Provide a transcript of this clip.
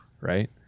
right